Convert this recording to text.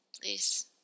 Please